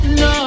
no